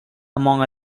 among